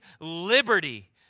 liberty